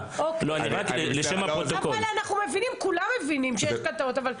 כולם מבינים שיש כאן טעויות.